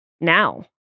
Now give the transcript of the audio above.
now